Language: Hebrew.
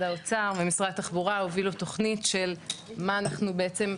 האוצר ומשרד התחבורה הובילו תוכנית של מה אנחנו בעצם,